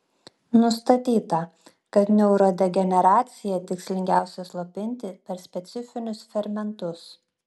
nustatyta kad neurodegeneraciją tikslingiausia slopinti per specifinius fermentus